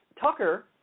Tucker